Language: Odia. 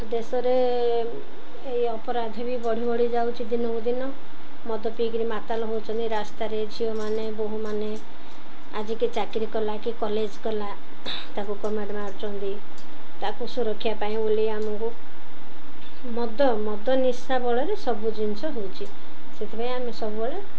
ଦେଶରେ ଏଇ ଅପରାଧ ବି ବଢ଼ି ବଢ଼ି ଯାଉଛି ଦିନକୁ ଦିନ ମଦ ପିଇକିରି ମାତାଲ ହେଉଛନ୍ତି ରାସ୍ତାରେ ଝିଅମାନେ ବୋହୁମାନେ ଆଜି କିଏ ଚାକିରି କଲା କି କଲେଜ ଗଲା ତାକୁ କମେଣ୍ଟ ମାରୁଛନ୍ତି ତାକୁ ସୁରକ୍ଷା ପାଇଁ ବୋଲି ଆମକୁ ମଦ ମଦ ନିଶାାବଳରେ ସବୁ ଜିନିଷ ହେଉଛି ସେଥିପାଇଁ ଆମେ ସବୁବେଳେ